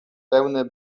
pełne